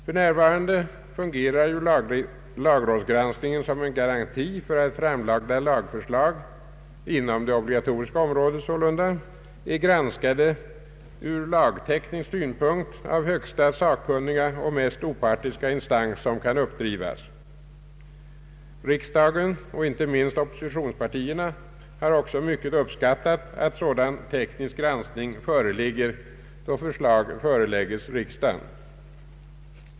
För närvarande fungerar lagrådsgranskningen som en garanti för att framlagda lagförslag inom det obligatoriska granskningsområdet ur lagteknisk synpunkt är granskade av högsta sak kunniga och mest opartiska instans som kan uppbringas. Riksdagen och inte minst oppositionspartierna har också mycket uppskattat att sådan teknisk granskning skett då förslag förelägges riksdagen.